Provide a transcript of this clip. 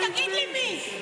תגיד לי, מי?